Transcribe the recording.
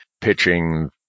pitching